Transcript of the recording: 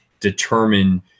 determine